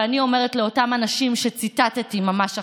ואני אומרת לאותם אנשים שציטטתי ממש עכשיו,